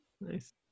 Nice